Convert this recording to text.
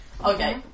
Okay